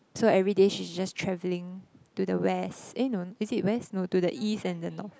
so everyday she's just travelling to the west eh no is it west no to the east and the north